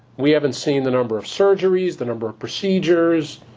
we haven't seen the number of surgeries, the number procedures,